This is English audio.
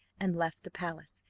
and left the palace,